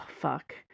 fuck